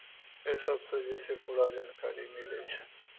एहि सभसँ जे छै पूरा जानकारी मिलै छै